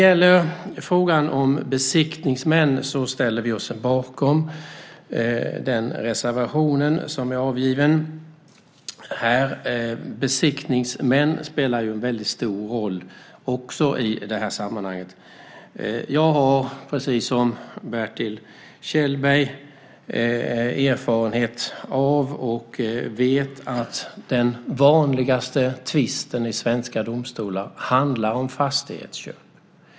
I frågan om besiktningsmän ställer vi oss bakom den reservation som är avgiven. Besiktningsmän spelar också en stor roll i det här sammanhanget. Jag har precis som Bertil Kjellberg erfarenhet av, och vet, att den vanligaste tvisten i svenska domstolar handlar om fastighetsköp.